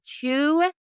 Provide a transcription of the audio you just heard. two